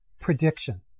prediction